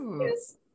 yes